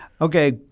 Okay